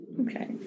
Okay